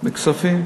עם ביבי, בכספים.